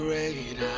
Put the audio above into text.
Great